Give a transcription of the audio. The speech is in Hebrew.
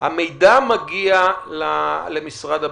המידע מגיע למשרד הבריאות,